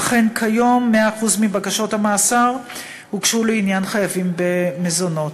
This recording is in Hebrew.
אכן כיום 100% בקשות המאסר הוגשו לעניין חייבים במזונות.